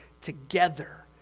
together